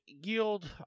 Guild